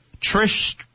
Trish